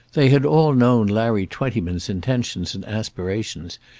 they had all known larry twentyman's intentions and aspirations,